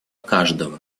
каждого